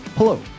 Hello